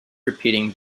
repeating